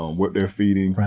ah what they're feeding,